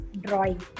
drawing